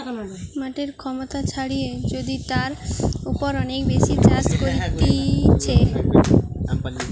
মাটির ক্ষমতা ছাড়িয়ে যদি তার উপর অনেক বেশি চাষ করতিছে